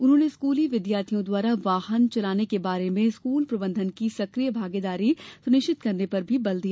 उन्होंने स्कूली विद्यार्थियों द्वारा वाहन चलाने के बारे में स्कूल प्रबंधन की सक्रिय भागीदारी सुनिश्चित करने पर भी जोर दिया